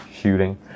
shooting